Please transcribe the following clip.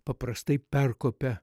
paprastai perkopia